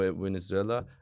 Venezuela